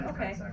Okay